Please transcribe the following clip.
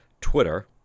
Twitter